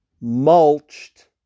mulched